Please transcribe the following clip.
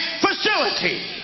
facility